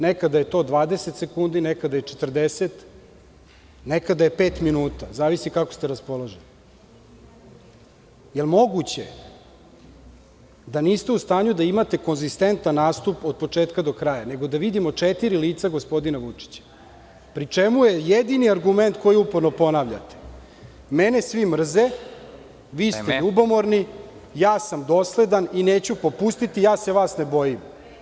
Nekada je to 20 sekundi, a nekada 40, a nekada 5 minuta , zavisi kako ste raspoloženi, i da li je moguće da niste u stanju da imate konzistentan nastup od početka do kraja, nego da vidimo četiri lica gospodina Vučića, pri čemu je jedini argument koji uporno ponavljate: mene svi mrze, vi ste ljubomorni, ja sam dosledan i neću popustiti, ja se vas ne bojim.